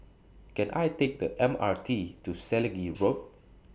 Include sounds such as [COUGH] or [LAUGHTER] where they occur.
Can I Take The M R T to Selegie Road [NOISE]